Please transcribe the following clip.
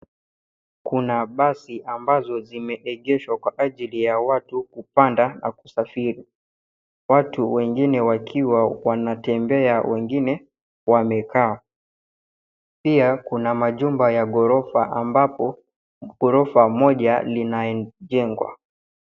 Kuna basi ambazo zimeegeshwa kwa ajili ya watu kupanda na kusafiri. Watu wengine wakiwa wanatembea, wengine wamekaa. Pia kuna majumba ya ghorofa ambapo ghorofa moja linajengwa.